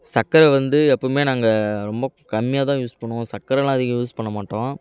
சக்கரை வந்து எப்போவுமே நாங்கள் ரொம்ப கம்மியாக தான் யூஸ் பண்ணுவோம் சக்கரைலாம் அதிகம் யூஸ் பண்ண மாட்டோம்